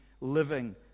living